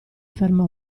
fermò